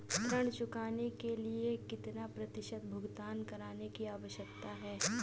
ऋण चुकाने के लिए कितना प्रतिशत भुगतान करने की आवश्यकता है?